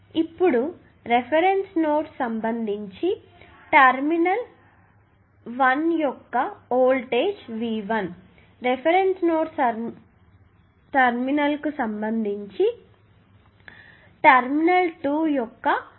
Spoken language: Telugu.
ఇప్పుడు రిఫరెన్స్ నోడు సంబంధించి టెర్మినల్ 1 యొక్క వోల్టేజ్ V1 రిఫరెన్స్ నోడ్కు సంబంధించి టెర్మినల్ 2 యొక్క వోల్టేజ్ V2